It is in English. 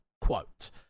quote